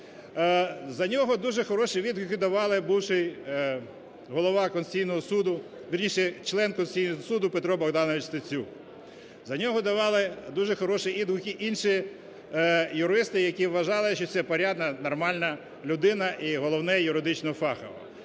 Суду, вірніше, член Конституційного Суду Петро Богданович Стецюк. За нього давали дуже хороші відгуки інші юристи, які вважали, що це порядна, нормальна людина і, головне, юридично фахова.